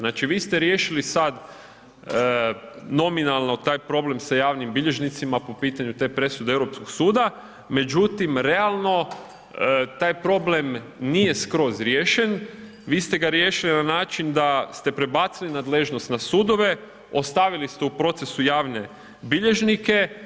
Znači vi ste riješili sad nominalno taj problem sa javnim bilježnicima po pitanju te presude Europskog suda, međutim realno taj problem nije skroz riješen, vi ste ga riješili na način da ste prebacili nadležnost na sudove, ostavili ste u procesu javne bilježnike.